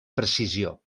precisió